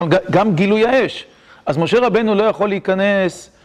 גם גילוי האש, אז משה רבנו לא יכול להיכנס